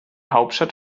hauptstadt